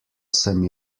sem